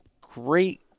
great